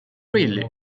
really